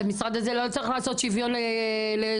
לא צריך לעשות שוויון לשחורים?